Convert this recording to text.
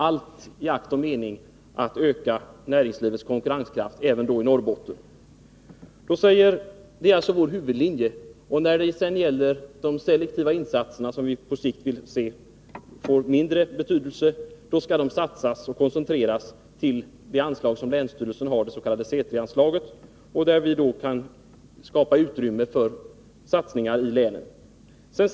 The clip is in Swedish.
Allt i akt och mening att öka näringslivets konkurrenskraft — även när det gäller Norrbotten. Detta är alltså vår huvudlinje. När det sedan gäller de selektiva insatserna — som vi på sikt vill se få mindre betydelse — skall dessa satsas på och koncentreras till det anslag som länsstyrelsen har, det s.k. C 3-anslaget. Därmed kan utrymme skapas för satsningar i länet.